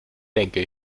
denke